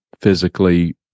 physically